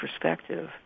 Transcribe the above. perspective